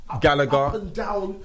Gallagher